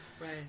Right